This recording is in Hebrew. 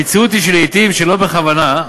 המציאות היא שלעתים שלא בכוונה,